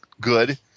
good